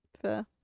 Fair